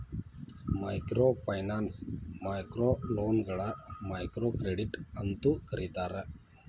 microfinance ಮೈಕ್ರೋಲೋನ್ಗಳ microcredit ಅಂತೂ ಕರೇತಾರ